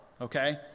Okay